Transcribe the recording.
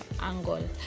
angle